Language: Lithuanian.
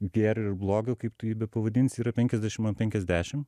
gėrio ir blogio kaip tu jį bepavadinsi yra penkiasdešim an penkiasdešim